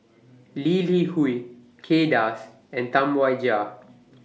Lee Li Hui Kay Das and Tam Wai Jia